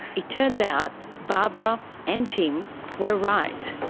it turns out, barbara and tim were right.